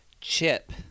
Chip